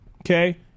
okay